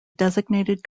designated